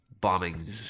bombing